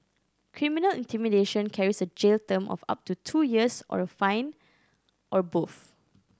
criminal intimidation carries a jail term of up to two years or a fine or both